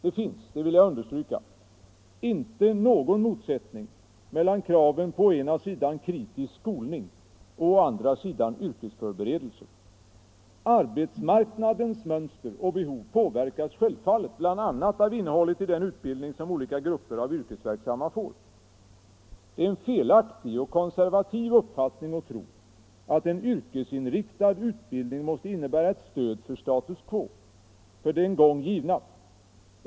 Det finns — det vill jag understryka — inte någon motsättning mellan kraven på å ena sidan kritisk skolning, å andra sidan yrkesförberedelse. Arbetsmarknadens mönster och behov påverkas självfallet bl.a. av innehållet i den utbildning som olika grupper av yrkesverksamma får. Det är en felaktig och konservativ uppfattning att tro att en yrkesinriktad utbildning måste innebära ett stöd för status quo, för det en gång givna.